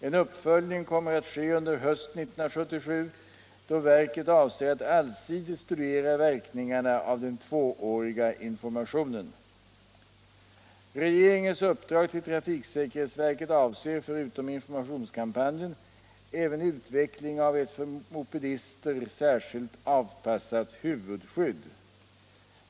En uppföljning kommer att ske under hösten 1977, då verket avser att allsidigt studera verkningarna av den tvååriga informationen. Regeringens uppdrag till trafiksäkerhetsverket avser — förutom informationskampanjen — även utveckling av ett för mopedister särskilt avpassat huvudskydd.